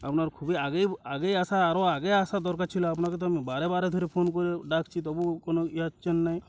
আপনার খুবই আগে আগে আসা আরো আগে আসা দরকার ছিল আপনাকে তো আমি বারে বারে ধরে ফোন করে ডাকছি তবু কোনো ই হচ্ছেন না